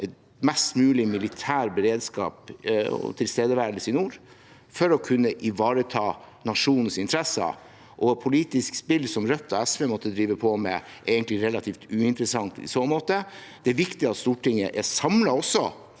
ha mest mulig militær beredskap og tilstedeværelse i nord, for å kunne ivareta nasjonens interesser. Politisk spill som Rødt og SV måtte drive på med, er egentlig relativt uinteressant i så måte. Det er viktig at Stortinget er samlet i